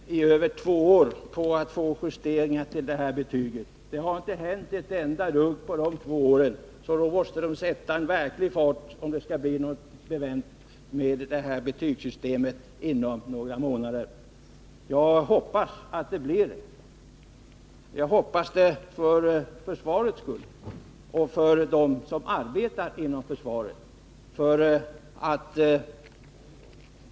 Herr talman! Vi har väntat i över två år att få justeringar i vitsordssystemet. Det har inte hänt ett enda dugg på dessa två år. Om det skall bli något bevänt med detta system inom några månader, måste man ju sätta verklig fart. Jag hoppas att det blir så. Jag hoppas det för försvarets skull och för dem som arbetar inom försvaret.